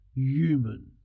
Human